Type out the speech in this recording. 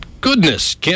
Goodness